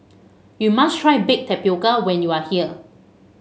you must try Baked Tapioca when you are here